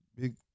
Big